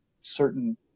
certain